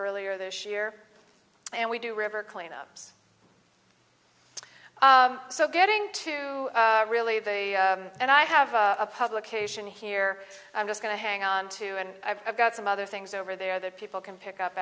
earlier this year and we do river cleanups so getting to really they and i have a publication here i'm just going to hang on to and i've got some other things over there that people can pick up